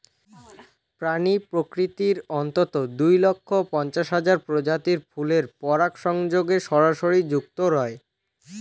প্রাণী প্রকৃতির অন্ততঃ দুই লক্ষ পঞ্চাশ হাজার প্রজাতির ফুলের পরাগসংযোগে সরাসরি যুক্ত রয়